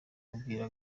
yabwiye